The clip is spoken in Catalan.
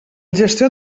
gestor